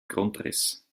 grundriss